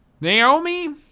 Naomi